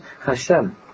Hashem